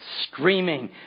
screaming